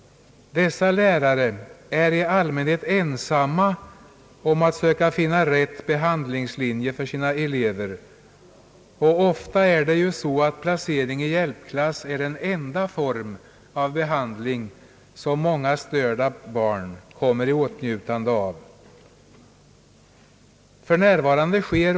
Dessa lärare är i allmänhet ensamma om att söka finna rätt behandlingslinje för sina elever, och ofta är placering i hjälpklass den enda form av behandling som många störda barn kommer i åtnjutande av.